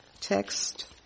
text